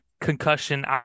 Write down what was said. concussion